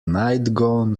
nightgown